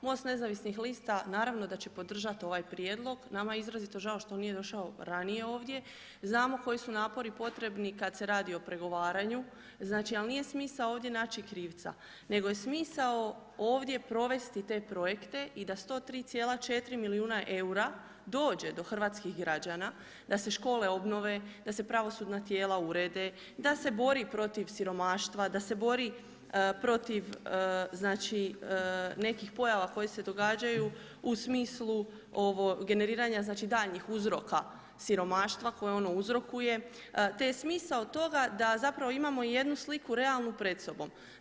MOST nezavisnih lista naravno da će podržati ovaj prijedlog, nama je izrazito žao što nije došao ranije ovdje, znamo koji su napori potrebni kad se radi o pregovaranju, znači ali nije smisao ovdje naći krivca nego je smisao ovdje provesti te projekte i da 103,4 milijuna eura dođe do hrvatskih građana, da se škole obnove, da se pravosudna tijela urede, da se bori protiv siromaštva, da se bori protiv nekih pojava koje se događaju u smislu ovog generiranja daljnjih uzroka siromaštva koje ono uzrokuje te je smisao toga da zapravo imamo jednu sliku realnu pred sobom.